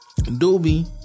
Doobie